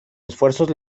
esfuerzos